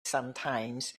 sometimes